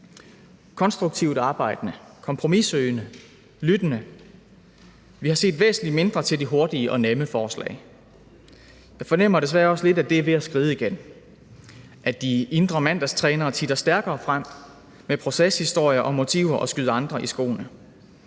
konstruktivt arbejdende, kompromissøgende, lyttende. Vi har set væsentligt mindre til de hurtige og nemme forslag. Jeg fornemmer desværre også lidt, at det er ved at skride igen, at de indre mandagstrænere titter stærkere frem med proceshistorier og motiver at skyde andre i skoene,